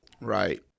Right